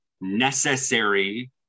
necessary